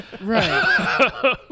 Right